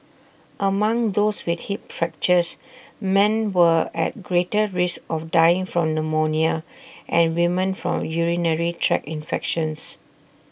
among those with hip fractures men were at greater risk of dying from pneumonia and women from urinary tract infections